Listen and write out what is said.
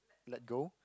let go